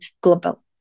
global